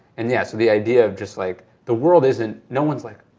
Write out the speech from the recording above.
and yeah, so the idea of just like the world isn't, no one's like,